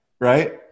Right